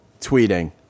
tweeting